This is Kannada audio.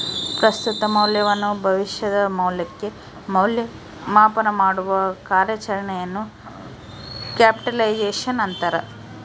ಪ್ರಸ್ತುತ ಮೌಲ್ಯವನ್ನು ಭವಿಷ್ಯದ ಮೌಲ್ಯಕ್ಕೆ ಮೌಲ್ಯ ಮಾಪನಮಾಡುವ ಕಾರ್ಯಾಚರಣೆಯನ್ನು ಕ್ಯಾಪಿಟಲೈಸೇಶನ್ ಅಂತಾರ